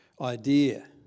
idea